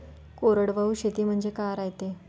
कोरडवाहू शेती म्हनजे का रायते?